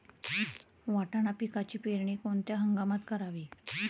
वाटाणा पिकाची पेरणी कोणत्या हंगामात करावी?